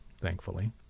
thankfully